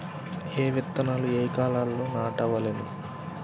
ఏ విత్తనాలు ఏ కాలాలలో నాటవలెను?